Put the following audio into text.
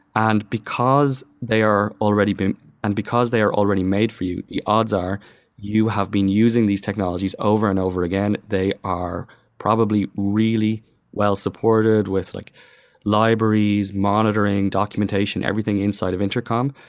and because they are already been and because they are already made for you, the odds are you have been using these technologies over and over again. they are probably really well supported with like libraries, monitoring, documentation, everything inside of intercom,